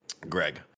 Greg